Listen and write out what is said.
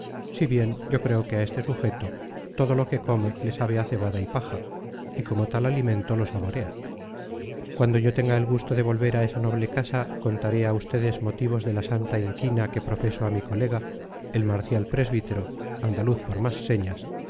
si bien yo creo que a este sujeto todo lo que come le sabe a cebada y paja y como tal alimento lo saborea cuando yo tenga el gusto de volver a esa noble casa contaré a ustedes motivos de la santa inquina que profeso a mi colega el marcial presbítero andaluz por más señas